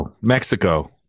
Mexico